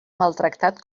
maltractat